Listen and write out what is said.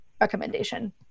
recommendation